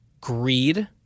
greed